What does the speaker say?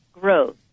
growth